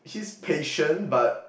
she's patient but